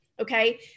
Okay